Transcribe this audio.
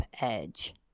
edge